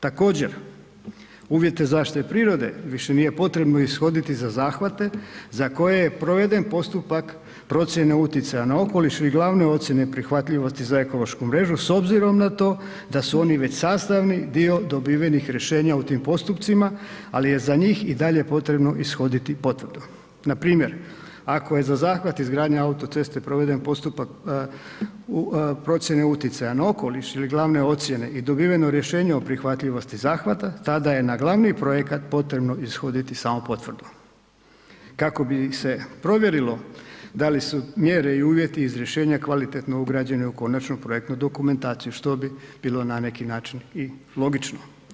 Također, uvjete zaštite prirode više nije potrebno ishoditi za zahvate za koje je proveden postupak procijene utjecaja na okoliš i glavne ocijene prihvatljivosti za ekološku mrežu s obzirom na to da su oni već sastavni dio dobivenih rješenja u tim postupcima, ali je za njih i dalje potrebno ishoditi potvrdu, npr. ako je za zahvat izgradnje autoceste proveden postupak u procjeni utjecaja na okoliš ili glavne ocijene i dobiveno rješenje o prihvatljivosti zahvata, tada je na glavni projekat potrebno ishoditi samo potvrdu, kako bi se provjerilo da li su mjere i uvjeti iz rješenje kvalitetno ugrađene u konačnu projektnu dokumentaciju što bi bilo na neki način i logično.